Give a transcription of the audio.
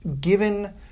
Given